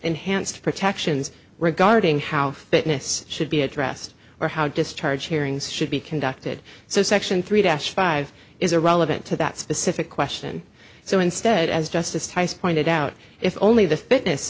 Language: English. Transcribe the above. enhanced protections regarding how business should be addressed or how discharge hearings should be conducted so section three dash five is irrelevant to that specific question so instead as justice thomas pointed out if only the fitness